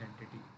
entity